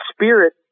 spirit